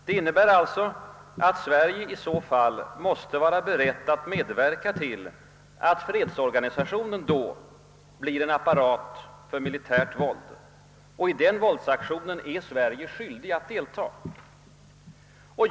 Det betyder att Sverige måste vara berett att medverka till att fredsorganisationen under sådana förhållanden blir en apparat för militärt våld, och i en sådan våldsaktion är Sverige skyldigt att deltaga.